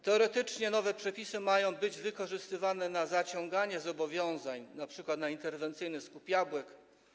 Teoretycznie nowe przepisy mają być wykorzystywane przy zaciąganiu zobowiązań, np. na interwencyjny skup jabłek.